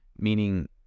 meaning